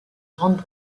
grande